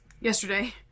yesterday